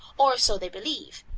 or so they believe.